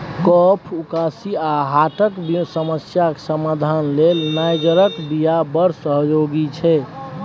कफ, उकासी आ हार्टक समस्याक समाधान लेल नाइजरक बीया बड़ सहयोगी छै